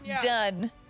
Done